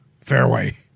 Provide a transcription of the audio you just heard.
Fairway